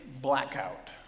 blackout